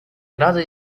grado